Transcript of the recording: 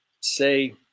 say